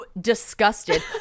disgusted